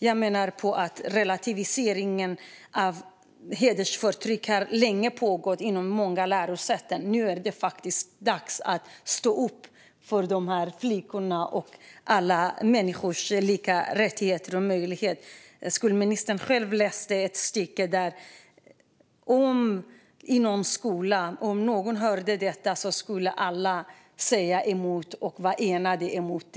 Jag menar att relativiseringen av hedersförtryck har pågått länge inom många lärosäten. Nu är det dags att stå upp för de här flickorna och alla människors lika rättigheter och möjligheter. Skolministern läste själv ett stycke. I många skolor skulle man, om man hörde detta, säga emot och vara enig om det.